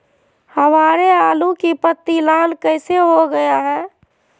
हमारे आलू की पत्ती लाल कैसे हो गया है?